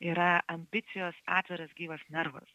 yra ambicijos atviras gyvas nervas